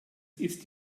ist